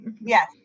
yes